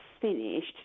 finished